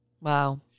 wow